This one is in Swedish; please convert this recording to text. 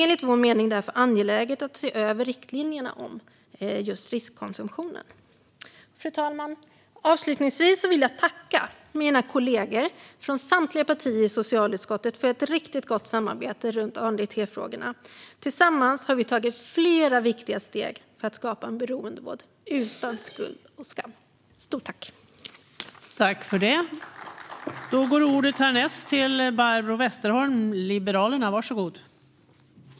Enligt vår mening är det därför angeläget att se över riktlinjerna om just riskkonsumtion. Fru talman! Avslutningsvis vill jag tacka mina kollegor från samtliga partier i socialutskottet för ett riktigt gott samarbete i ANDT-frågorna. Tillsammans har vi tagit flera viktiga steg för att skapa en beroendevård utan skuld och skam.